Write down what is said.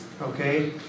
Okay